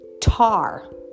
tar